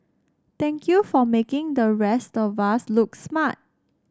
thank you for making the rest of us look smart